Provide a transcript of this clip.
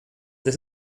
this